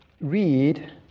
read